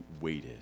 waited